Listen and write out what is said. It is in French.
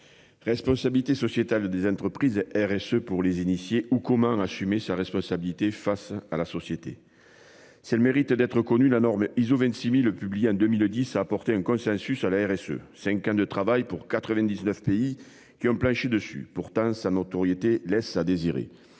Responsabilité sociétale des entreprises RSE. Pour les initiés ou comment assumer sa responsabilité face à la société. C'est le mérite d'être connu, la norme ISO 26.000, publié en 2010, apporté un consensus à la RSE. 5 ans de travail pour 99 pays qui ont planché dessus pourtant sa notoriété laisse à désirer.